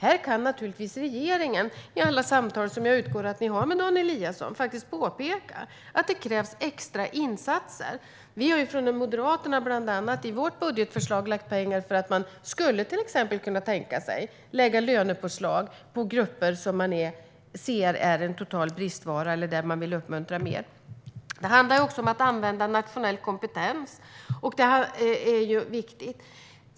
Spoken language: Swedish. Här kan naturligtvis regeringen, i alla samtal som jag utgår från att ni har med Dan Eliasson, påpeka att det krävs extra insatser. Vi har från Moderaterna bland annat i vårt budgetförslag lagt pengar för att man kan tänka sig lönepåslag för grupper som man ser är en total bristvara eller som man vill uppmuntra. Det handlar också om att använda nationell kompetens. Det är viktigt.